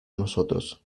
nosotros